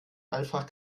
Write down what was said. einfach